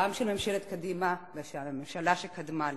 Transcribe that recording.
גם של ממשלת קדימה ושל הממשלה שקדמה לה.